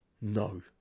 no